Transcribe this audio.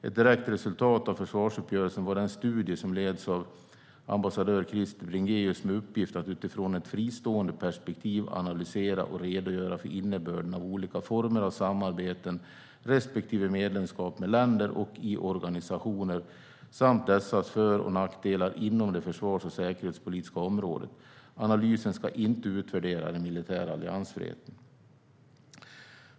Ett direkt resultat av försvarsuppgörelsen var den studie som leds av ambassadör Krister Bringéus med uppgift att utifrån ett fristående perspektiv analysera och redogöra för innebörden av olika former av samarbeten respektive medlemskap med länder och i organisationer, samt dessas för och nackdelar, inom det försvars och säkerhetspolitiska området. I analysen ska inte den militära alliansfriheten utvärderas.